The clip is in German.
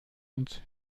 uns